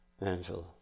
Angela